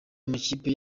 amakipe